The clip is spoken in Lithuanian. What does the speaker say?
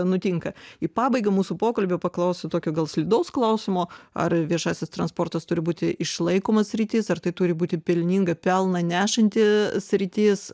nutinka į pabaigą mūsų pokalbio paklausiu tokio gal slidaus klausimo ar viešasis transportas turi būti išlaikoma sritis ar tai turi būti pelninga pelną nešanti sritis